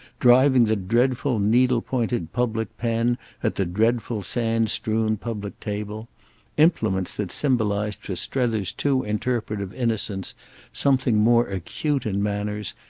driving the dreadful needle-pointed public pen at the dreadful sand-strewn public table implements that symbolised for strether's too interpretative innocence something more acute in manners,